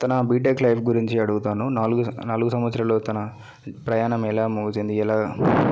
తన BTech life గురించి అడుగుతాను నాలుగు నాలుగు సంవత్సరాలు తన ప్రయాణం ఎలా ముగిసింది ఎలా